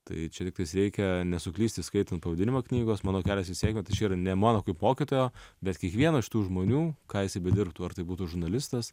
tai čia tiktais reikia nesuklysti skaitant pavadinimą knygos mano kelias į sėkmę tai čia yra ne mano kaip mokytojo bet kiekvieno iš tų žmonių ką jisai bedirbtų ar tai būtų žurnalistas